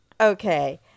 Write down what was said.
Okay